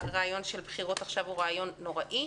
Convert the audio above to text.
הרעיון של בחירות עכשיו הוא רעיון נוראי.